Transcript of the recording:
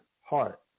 heart